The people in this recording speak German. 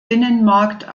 binnenmarkt